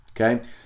okay